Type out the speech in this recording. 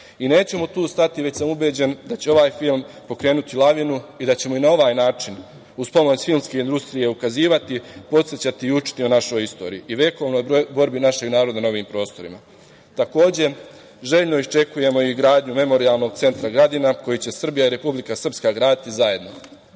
narodu. Nećemo tu stati, već sam ubeđen da će ovaj film pokrenuti lavinu i da ćemo na ovaj način uz pomoć filmske industrije ukazivati, podsećati i učiti o našoj istoriji i vekovnoj borbi našeg naroda na ovim prostorima. Takođe, željno iščekujemo i gradnju Memorijalnog centra „Gradina“ koji će Srbija i Republika Srpska graditi zajedno.